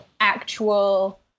actual